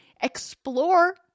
explore